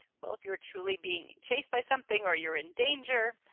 well if you were truly being chased by something or you're in danger,